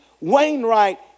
Wainwright